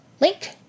link